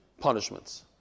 Punishments